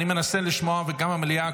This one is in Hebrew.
אני מנסה לשמוע וגם המליאה,